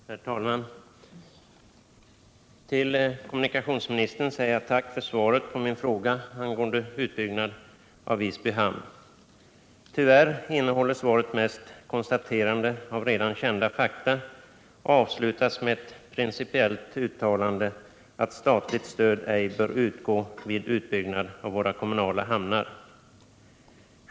Herr talman! Till kommunikationsministern säger jag tack för svaret på min fråga angående utbyggnad av Visby hamn. Tyvärr innehåller svaret mest konstateranden av redan kända fakta, och det avslutas med ett principiellt uttalande att statligt stöd ej bör utgå vid utbyggnad av kommunala hamnar.